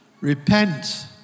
repent